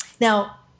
Now